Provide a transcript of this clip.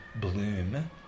bloom